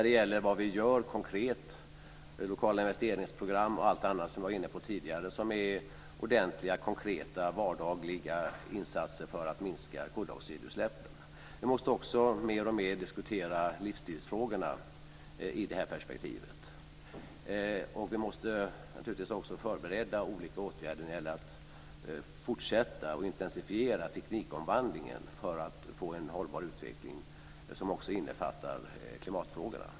Det gäller det vi gör konkret, lokala investeringsprogram och allt annat som jag var inne på tidigare. Det är ordentliga konkreta vardagliga insatser för att minska koldioxidutsläppen. Vi måste också mer och mer diskutera livsstilsfrågorna i detta perspektiv, och vi måste naturligtvis också förbereda olika åtgärder när det gäller att fortsätta och intensifiera teknikomvandlingen för att få en hållbar utveckling, som också innefattar klimatfrågorna.